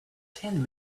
ten